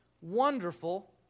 wonderful